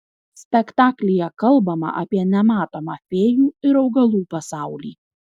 spektaklyje kalbama apie nematomą fėjų ir augalų pasaulį